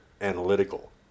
analytical